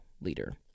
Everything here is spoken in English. leader